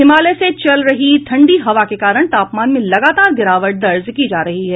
हिमालय से चल रही है ठंडी हवा के कारण तापमान में लगातार गिरावट दर्ज की जा रही है